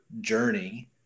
journey